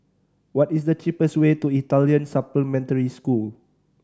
what is the cheapest way to Italian Supplementary School